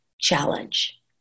challenge